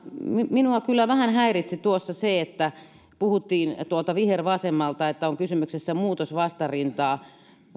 minua kyllä vähän häiritsi tuossa se kun puhuttiin tuolta vihervasemmalta että on kysymyksessä muutosvastarinta